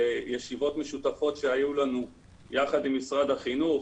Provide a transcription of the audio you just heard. בישיבות משותפות שהיו לנו יחד עם משרד החינוך,